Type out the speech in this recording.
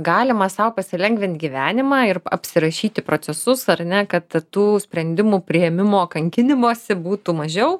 galima sau pasilengvint gyvenimą ir apsirašyti procesus ar ne kad tų sprendimų priėmimo kankinimosi būtų mažiau